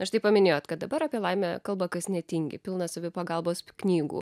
na štai paminėjot kad dabar apie laimę kalba kas netingi pilna savipagalbos knygų